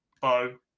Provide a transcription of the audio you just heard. Bo